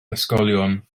ysgolion